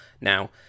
Now